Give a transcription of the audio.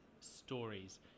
stories